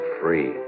free